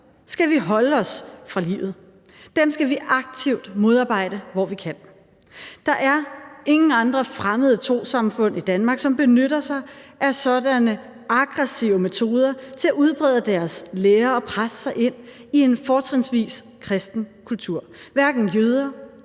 skal vi holde os fra livet. Dem skal vi aktivt modarbejde, hvor vi kan. Der er ingen andre fremmede trossamfund i Danmark, som benytter sig af sådanne aggressive metoder til at udbrede deres lære og presse sig ind i en fortrinsvis kristen kultur. Hverken jøder,